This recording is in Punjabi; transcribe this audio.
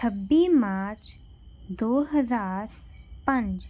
ਛੱਬੀ ਮਾਰਚ ਦੋ ਹਜ਼ਾਰ ਪੰਜ